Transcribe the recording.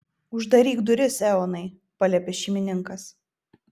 uždaryk duris eonai paliepė šeimininkas